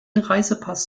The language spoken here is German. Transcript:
reisepass